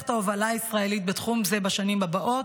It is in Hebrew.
את ההובלה הישראלית בתחום זה בשנים הבאות,